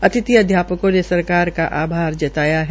अतिथि अध्यापकों ने सरकार का आभार जताया है